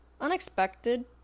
Unexpected